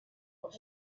what